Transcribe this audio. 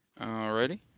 Alrighty